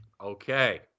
Okay